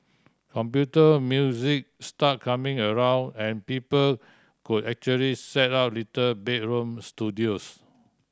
computer music started coming around and people could actually set up little bedroom studios